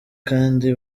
kandi